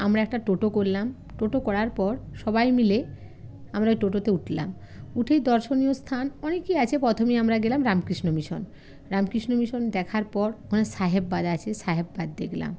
আমরা একটা টোটো করলাম টোটো করার পর সবাই মিলে আমরা ওই টোটোতে উঠলাম উঠেই দর্শনীয় স্থান অনেকই আছে প্রথমে আমরা গেলাম রামকৃষ্ণ মিশন রামকৃষ্ণ মিশন দেখার পর ওখানে সাহেব বাঁধ আছে সাহেব বাঁধ দেখলাম